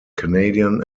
canadian